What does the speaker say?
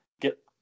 get